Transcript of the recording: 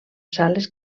sales